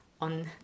on